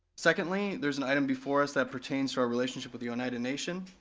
secondly, there's an item before us that pertains to our relationship with the oneida nation.